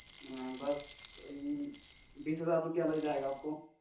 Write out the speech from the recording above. ہاں بس ای بیس ہزار روپئے لگ جائے گا آپ کو